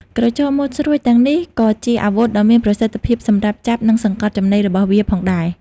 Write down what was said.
ក្រចកមុតស្រួចទាំងនេះក៏ជាអាវុធដ៏មានប្រសិទ្ធភាពសម្រាប់ ចាប់ និងសង្កត់ចំណី របស់វាផងដែរ។